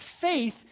faith